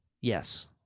Yes